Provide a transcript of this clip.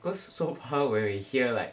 cause so far when we hear like